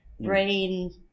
brain